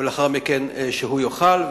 ולאחר מכן שהוא יאכל.